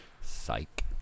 Psych